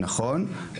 נכון.